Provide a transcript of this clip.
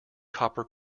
copper